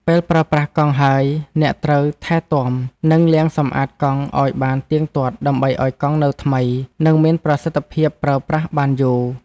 ពេលប្រើប្រាស់កង់ហើយ អ្នកត្រូវថែទាំ និងលាងសម្អាតកង់ឱ្យបានទៀងទាត់ ដើម្បីឱ្យកង់នៅថ្មី និងមានប្រសិទ្ធភាពប្រើប្រាស់បានយូរ។